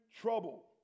trouble